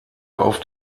auf